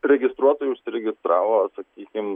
registruot tai užsiregistravo sakykim